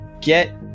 get